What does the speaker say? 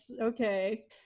okay